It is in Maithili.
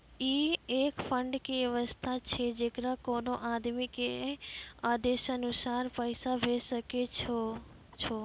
ई एक फंड के वयवस्था छै जैकरा कोनो आदमी के आदेशानुसार पैसा भेजै सकै छौ छै?